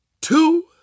two